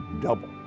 double